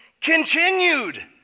continued